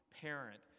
parent